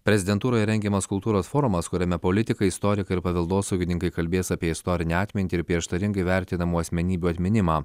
prezidentūroje rengiamas kultūros forumas kuriame politikai istorikai ir paveldosaugininkai kalbės apie istorinę atmintį ir prieštaringai vertinamų asmenybių atminimą